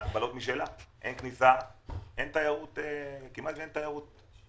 אין כניסה וכמעט שאין תיירות.